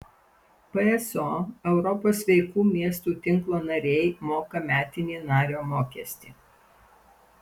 pso europos sveikų miestų tinklo nariai moka metinį nario mokestį